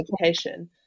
education